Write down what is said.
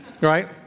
right